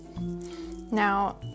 now